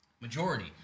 Majority